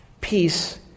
Peace